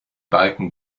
balken